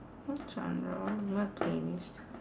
what's